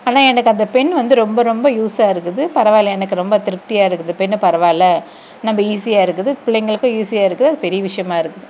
ஆனால் எனக்கு அந்த பென்னு வந்து ரொம்ப ரொம்ப யூஸ்ஸாக இருக்குது பரவாயில்ல எனக்கு ரொம்ப திருப்தியாக இருக்குது பென்னு பரவாயில்ல ரொம்ப ஈஸியாக இருக்குது பிள்ளைங்களுக்கும் ஈஸியாக இருக்குது அது ரொம்ப பெரிய விஷயமா இருக்குது